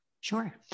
sure